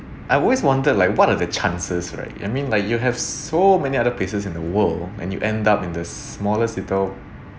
I always wondered like what are the chances right I mean like you have so many other places in the world and you end up in the smaller sito